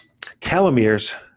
telomeres